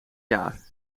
jaar